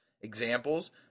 Examples